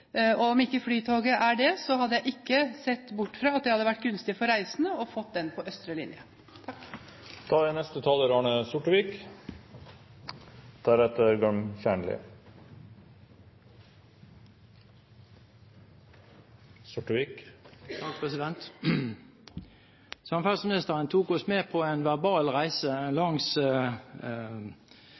og om ikke Flytoget er det, hadde jeg ikke sett bort fra at det hadde vært gunstig for reisende å få det på østre linje. Samferdselsministeren tok oss med på en verbal reise langs E39. Det samme inntrykket ville vi nok kunne få en